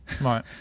Right